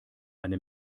eine